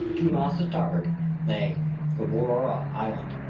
two miles to starboard lay gueboroa island,